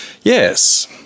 Yes